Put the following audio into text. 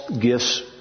gifts